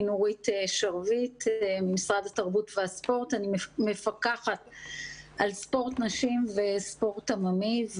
אני מפקחת על ספורט נשים וספורט עממי.